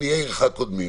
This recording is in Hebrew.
שעניי עירך קודמים.